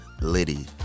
Liddy